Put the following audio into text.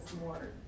more